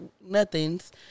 nothings